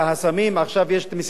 עכשיו יש משימה נוספת,